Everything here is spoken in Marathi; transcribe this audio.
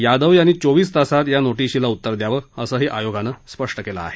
यादव यांनी चोवीस तासात या नोटीशीला उत्तर द्यावं असंही आयोगानं स्पष्ट केलं आहे